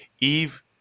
Eve